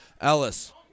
Ellis